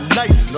nice